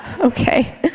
okay